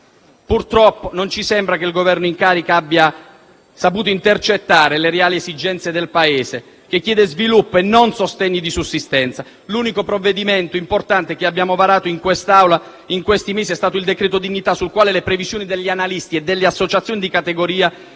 Purtroppo non ci sembra che il Governo in carica abbia saputo intercettare le reali esigenze del Paese, che chiede sviluppo e non sostegni di sussistenza. L'unico provvedimento importante che abbiamo varato in quest'Aula in questi mesi è stato il cosiddetto decreto dignità, sul quale le previsioni degli analisti e delle associazioni di categoria